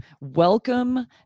welcome